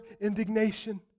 indignation